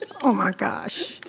oh my gosh.